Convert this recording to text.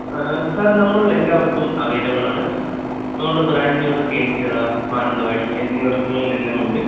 sir നമ്മള് എല്ലാ വര്ത്തും അവൈലബിള് ആണ് ഞങ്ങളുടെ ബ്രാഞ്ചുകള് ഇവിടെ കേണിച്ചിറ മാനന്തവാടി എന്നിവര് തങ്ങളിൽ എല്ലാമുണ്ട്